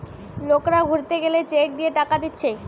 লোকরা ঘুরতে গেলে চেক দিয়ে টাকা দিচ্ছে